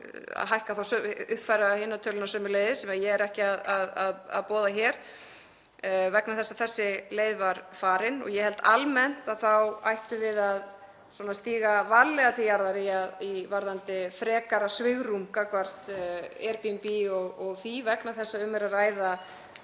að skoða að uppfæra hinar tölurnar sömuleiðis, sem ég er ekki að boða hér vegna þess að þessi leið var farin. Ég held almennt að við ættum að stíga varlega til jarðar varðandi frekara svigrúm gagnvart Airbnb og því vegna þess að þú ert ekki